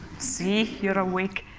see, you're awake.